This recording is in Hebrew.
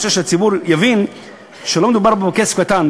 אני רוצה שהציבור יבין שלא מדובר פה בכסף קטן,